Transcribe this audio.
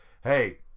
hey